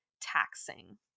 taxing